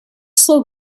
slow